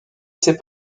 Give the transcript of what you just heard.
ses